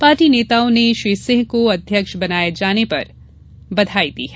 party नेताओं ने श्री सिंह को अध्यक्ष बनाये जाने पर बधाई दी है